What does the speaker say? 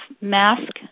mask